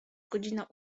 godzina